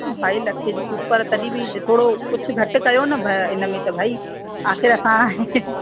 ढाई लखें जी सुपर तॾहिं बि थोरो कुझु घटि कयो न ब हिनमें त भई आख़िरि असां